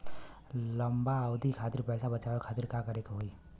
लंबा अवधि खातिर पैसा बचावे खातिर का करे के होयी?